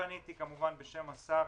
פניתי כמובן בשם השר